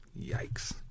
Yikes